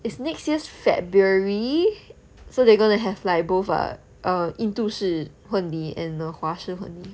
is next year february so they're gonna have like both uh err 印度式婚礼 and 华式婚礼